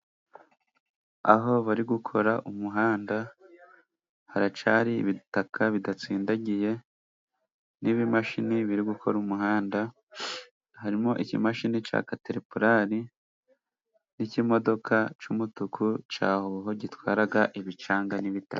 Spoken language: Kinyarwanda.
Aho bari gukora umuhanda, haracyari ibitaka bidatsindagiye n'ibimashini biri gukora umuhanda; harimo ikimashini cya Kateripilari n’ikimodoka cy’umutuku cya Howo gitwara ibicanga n’ibitaka.